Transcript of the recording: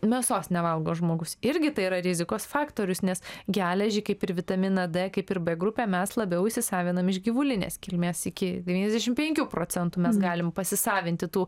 mėsos nevalgo žmogus irgi tai yra rizikos faktorius nes geležį kaip ir vitaminą kaip ir b grupę mes labiau įsisavinam iš gyvulinės kilmės iki devyniasdešim penkių procentų mes galim pasisavinti tų